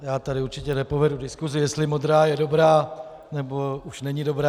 Já tady určitě nepovedu diskusi, jestli modrá je dobrá nebo už není dobrá.